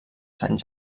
sant